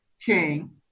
king